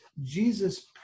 Jesus